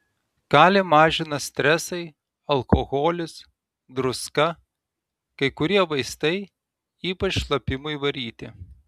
kalį mažina stresai alkoholis druska kai kurie vaistai ypač šlapimui varyti